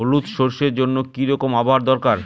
হলুদ সরষে জন্য কি রকম আবহাওয়ার দরকার?